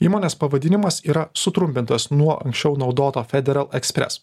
įmonės pavadinimas yra sutrumpintas nuo anksčiau naudoto federal express